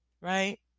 right